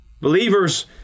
Believers